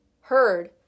heard